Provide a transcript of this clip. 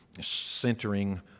centering